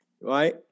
right